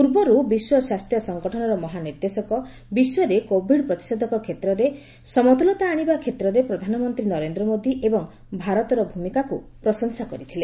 ପୂର୍ବରୁ ବିଶ୍ୱ ସ୍ୱାସ୍ଥ୍ୟ ସଙ୍ଗଠନର ମହାନିର୍ଦ୍ଦେଶକ ବିଶ୍ୱରେ କୋଭିଡ୍ ପ୍ରତିଷେଧକ କ୍ଷେତ୍ରରେ ସମତ୍ରଲତା ଆଣିବା କ୍ଷେତ୍ରରେ ପ୍ରଧାନମନ୍ତ୍ରୀ ନରେନ୍ଦ୍ର ମୋଦି ଏବଂ ଭାରତର ଭୂମିକାକୁ ପ୍ରଶଂସା କରିଥିଲେ